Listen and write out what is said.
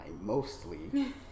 mostly